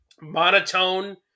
monotone